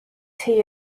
tea